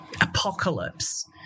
apocalypse